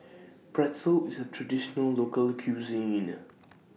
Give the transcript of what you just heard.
Pretzel IS A Traditional Local Cuisine